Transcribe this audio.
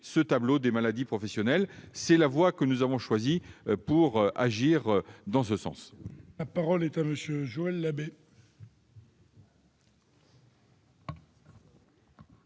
le tableau des maladies professionnelles. C'est la voie que nous avons choisie pour agir. La parole est à M. Joël Labbé,